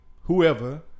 whoever